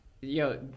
Yo